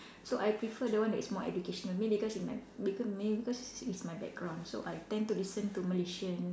so I prefer the one that is more educational maybe because it might because maybe because it's it's my background so I tend to listen to Malaysian